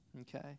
okay